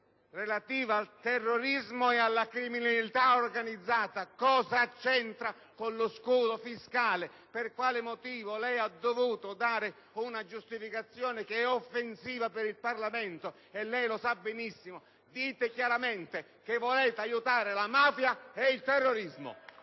relative al terrorismo e alla criminalità organizzata? Cosa c'entra con lo scudo fiscale? Per quale motivo lei ha dovuto dare una giustificazione che è offensiva per il Parlamento, e lei lo sa benissimo? Dite chiaramente che volete aiutare la mafia e il terrorismo!